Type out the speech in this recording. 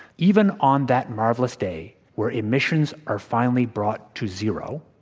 even on that marvelous day where emissions are finally brought to zero,